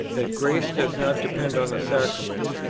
that grace does not depend on the sacraments,